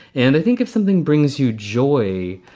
and i think if something brings you joy,